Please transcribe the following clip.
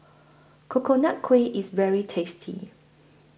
Coconut Kuih IS very tasty